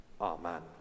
Amen